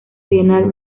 bienal